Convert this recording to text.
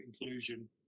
inclusion